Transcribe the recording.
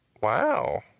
Wow